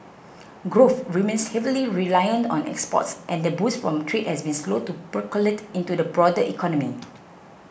growth remains heavily reliant on exports and the boost from trade has been slow to percolate into the broader economy